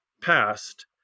past